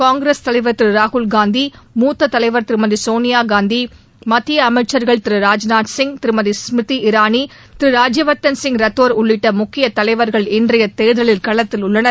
காங்கிரஸ் தலைவர் திரு ராகுல்காந்தி மூத்த தலைவர் திருமதி சோனியாகாந்தி மத்திய அமைச்சர்கள் திரு ராஜ்நாத்சிய் திருமதி ஸ்மிருதி இரானி திரு ராஜ்ய வர்த்தள் ரத்தோர் உள்ளிட்ட முக்கிய தலைவர்கள் இன்றைய தேர்தலில் களத்தில் உள்ளனர்